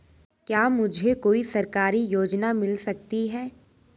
क्या मुझे कोई सरकारी योजना मिल सकती है?